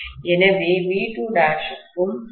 எனவே V2' க்கும்